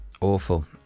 Awful